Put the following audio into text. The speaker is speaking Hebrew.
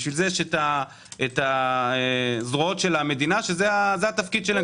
לכן יש זרועות המדינה שזה התפקיד שלהם,